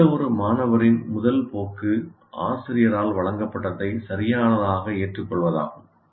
எந்தவொரு மாணவரின் முதல் போக்கு ஆசிரியரால் வழங்கப்பட்டதை சரியானதாக ஏற்றுக்கொள்வதாகும்